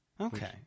Okay